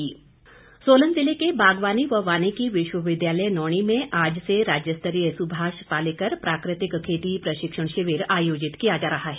प्रशिक्षण शिविर सोलन जिले के बागवानी व वानिकी विश्वविद्यालय नौणी में आज से राज्य स्तरीय सुभाष पालेकर प्राकृतिक खेती प्रशिक्षण शिविर आयोजित किया जा रहा है